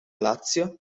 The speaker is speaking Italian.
lazio